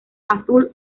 azul